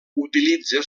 utilitza